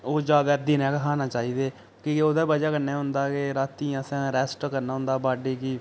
ओह् जैदा दिनें गै खाने चाहिदे की के ओह्दी वजह् कन्नै एह् होंदा कि रातीं असैं रैस्ट करना होंदा बा गी